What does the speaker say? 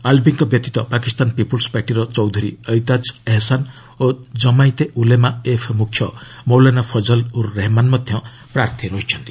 ଆଲ୍ବିଙ୍କ ବ୍ୟତୀତ ପାକିସ୍ତାନ ପିପୁଲ୍ସ ପାର୍ଟିର ଚୌଧୁରୀ ଏତ୍ଜାଜ ଏହସାନ ଓ କମାଇତେ ଉଲେମା ଏଫ୍ ମୁଖ୍ୟ ମୌଲାନା ଫଜଲ ଉର୍ ରେହମାନ ମଧ୍ୟ ପ୍ରାର୍ଥୀ ହୋଇଛନ୍ତି